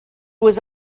was